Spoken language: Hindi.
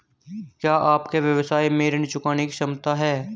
क्या आपके व्यवसाय में ऋण चुकाने की क्षमता है?